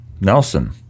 Nelson